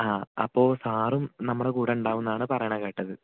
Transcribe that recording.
ആ അപ്പോൾ സാറും നമ്മുടെ കൂടെ ഉണ്ടാവുമെന്നാണ് പറയണ കേട്ടത്